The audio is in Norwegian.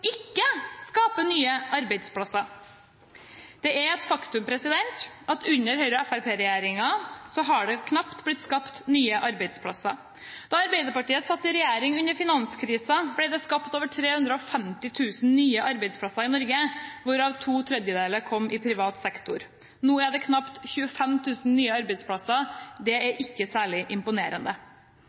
ikke skaper nye arbeidsplasser. Det er et faktum at under Høyre–Fremskrittsparti-regjeringen har det knapt blitt skapt nye arbeidsplasser. Da Arbeiderpartiet satt i regjering under finanskrisen, ble det skapt over 350 000 nye arbeidsplasser i Norge, hvorav to tredjedeler kom i privat sektor. Nå er det knapt 25 000 nye arbeidsplasser. Det er ikke særlig imponerende.